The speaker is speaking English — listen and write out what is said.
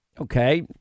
okay